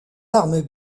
armes